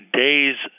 day's